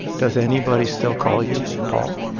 does anybody still call you paul?